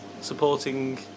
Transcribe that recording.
supporting